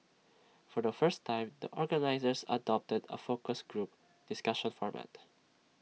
for the first time the organisers adopted A focus group discussion format